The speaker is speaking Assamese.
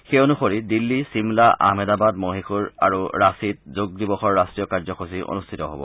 সেই অনুসৰি দিল্লী চিমলা আহমদাবাদ মহীশূৰ আৰু ৰাঁচীত যোগ দিৱসৰ ৰাষ্ট্ৰীয় কাৰ্যসূচী অনুষ্ঠিত হ'ব